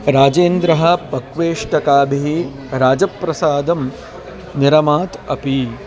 राजेन्द्रः पक्वेष्टकाभिः राजप्रसादं निरमात् अपि